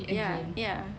ya ya